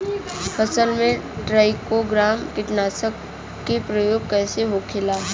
फसल पे trichogram कीटनाशक के प्रयोग कइसे होखेला?